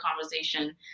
conversation